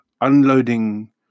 unloading